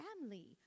family